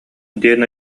диэн